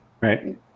right